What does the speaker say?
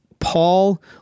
Paul